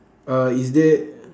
uh is there